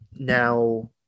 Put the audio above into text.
Now